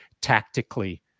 tactically